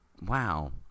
wow